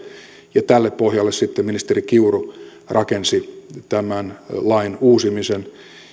ja tälle pohjalle sitten ministeri kiuru rakensi tämän lain uusimisen